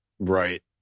Right